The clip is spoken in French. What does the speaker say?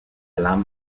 lame